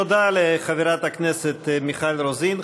תודה לחברת הכנסת מיכל רוזין.